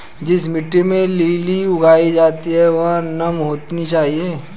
जिस मिट्टी में लिली उगाई जाती है वह नम होनी चाहिए